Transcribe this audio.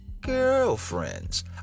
girlfriends